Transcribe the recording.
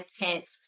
intent